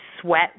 sweat